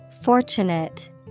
Fortunate